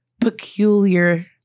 peculiar